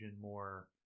more